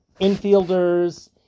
infielders